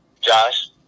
Josh